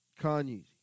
Kanye